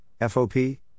FOP